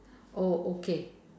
oh okay